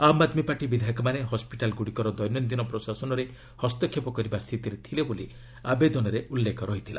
ଆମ୍ Aadmi party ବିଧାୟକମାନେ ହସ୍କିଟାଲ୍ଗୁଡ଼ିକର ଦୈନନ୍ଦିନ ପ୍ରଶାସନରେ ହସ୍ତକ୍ଷେପ କରିବା ସ୍ଥିତିରେ ଥିଲେ ବୋଲି ଆବେଦନରେ ଉଲ୍ଲେଖ ଥିଲା